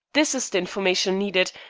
this is the information needed,